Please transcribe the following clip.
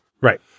Right